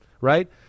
right